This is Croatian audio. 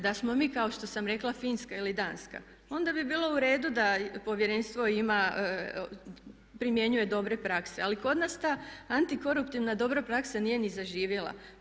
Da smo mi kao što sam rekla Finska ili Danska onda bi bilo u redu da povjerenstvo primjenjuje dobre prakse ali kod nas ta antikoruptivna dobra praksa nije ni zaživjela.